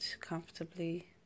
comfortably